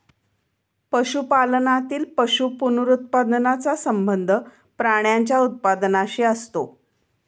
पशुपालनातील पशु पुनरुत्पादनाचा संबंध प्राण्यांच्या उत्पादनाशी असतो